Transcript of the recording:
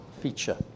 feature